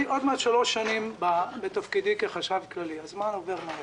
אני עוד מעט שלוש שנים בתפקידי כחשב כללי הזמן עובר מהר.